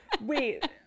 Wait